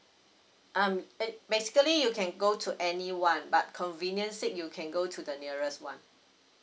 hmm ba~ basically you can go to any one but for convenience sake you can go to the nearest one